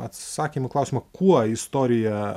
atsakymo į klausimą kuo istorija